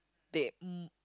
they